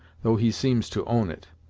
though he seems to own it.